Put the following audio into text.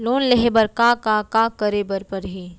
Loan लेहे बर का का का करे बर परहि?